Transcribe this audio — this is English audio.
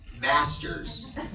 Masters